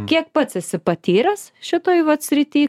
kiek pats esi patyręs šitoj vat srity